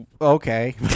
Okay